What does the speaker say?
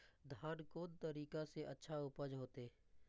धान कोन तरीका से अच्छा उपज होते?